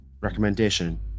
recommendation